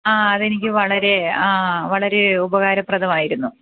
ആ അത് എനിക്ക് വളരെ ആ വളരെ ഉപകാരപ്രദമായിരുന്നു